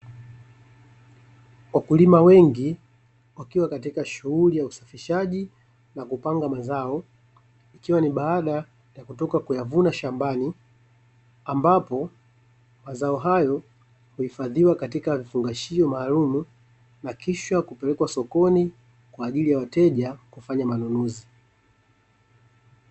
Wakulima wengi wakiwa katika shughuli ya usafishaji na kupanga mazao ikiwa ni baada ya kutoka kuyavuna shambani ambapo mazao hayo huhifadhiwa katika vifungashio maalum na kisha kupelekwa sokoni kwa ajili ya wateja kufanya manunuzi.